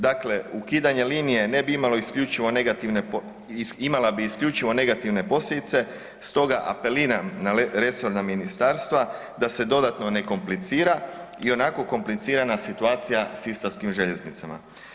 Dakle, ukidanje linije ne bi imalo isključivo negativne, imala bi isključivo negativne posljedice, stoga apeliram na resorna ministarstva da se dodatno ne komplicira, ionako komplicirana situacija s istarskim željeznicama.